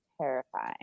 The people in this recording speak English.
terrifying